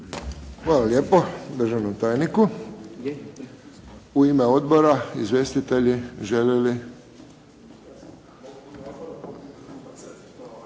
Hvala lijepo državnom tajniku. U ime odbora izvjestitelji žele li?